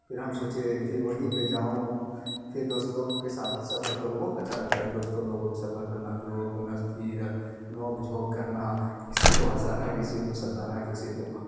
پھر ہم سوچے پھر وہیں پہ جاؤں پھر دوست لوگ کے ساتھ سفر کروں بہت اچھا لگتا ہے دوستوں لوگوں کو سفر کرنا جوک نستی نوک جھوک کرنا کسی کو ہنسانا کسی کو ستانا کسی کو